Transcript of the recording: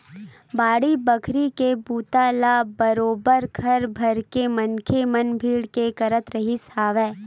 बाड़ी बखरी के बूता ल बरोबर घर भरके मनखे मन भीड़ के करत रिहिस हवय